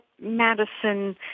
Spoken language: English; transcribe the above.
Madison